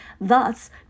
thus